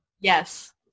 Yes